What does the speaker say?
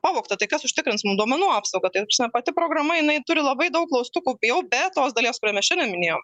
pavogta tai kas užtikrins mum duomenų apsaugą tai pati programa jinai turi labai daug klaustukų jau be tos dalies kurią mes šiandien minėjom